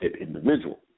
individual